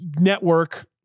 network